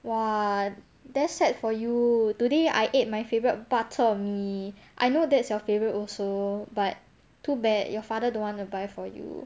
!wah! that's sad for you today I ate my favourite bak chor mee I know that's your favourite also but too bad your father don't want to buy for you